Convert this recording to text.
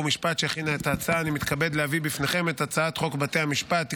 אני קובע כי הצעת חוק התמודדות עם תקיפות סייבר חמורות